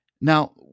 Now